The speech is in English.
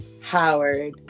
Howard